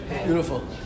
Beautiful